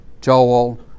Joel